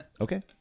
Okay